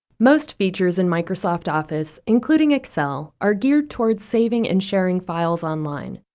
most features in microsoft office, including excel, are geared towards saving and sharing files online.